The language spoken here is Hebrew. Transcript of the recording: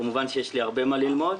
כמובן שיש לי הרבה מה ללמוד,